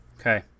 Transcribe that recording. okay